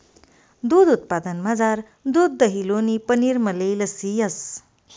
दूध उत्पादनमझार दूध दही लोणी पनीर मलई लस्सी येस